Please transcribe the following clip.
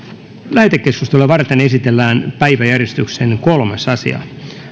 lähetekeskustelua varten esitellään päiväjärjestyksen kolmas asia